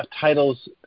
titles